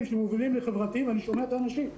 שמובילים לחברתיים אני שומע את האנשים.